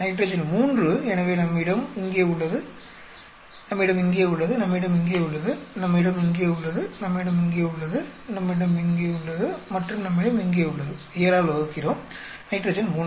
nitrogen 3 எனவே நம்மிடம் இங்கே உள்ளது நம்மிடம் இங்கே உள்ளது நம்மிடம் இங்கே உள்ளது நம்மிடம் இங்கே உள்ளது நம்மிடம் இங்கே உள்ளது நம்மிடம் இங்கே உள்ளது மற்றும் நம்மிடம் இங்கே உள்ளது 7 ஆல் வகுக்கிறோம் நைட்ரஜன் 3